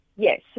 Yes